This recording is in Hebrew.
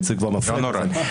לא נורא.